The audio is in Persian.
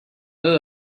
نمره